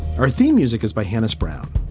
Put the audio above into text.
our theme music is by hannis brown.